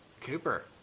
Cooper